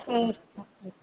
ठीक छऽ फेर